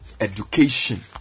education